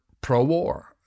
pro-war